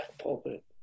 pulpit